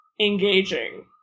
engaging